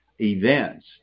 events